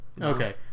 Okay